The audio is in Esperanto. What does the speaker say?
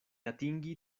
atingi